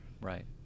Right